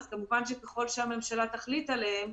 כמובן שככל שהממשלה תחליט עליהם,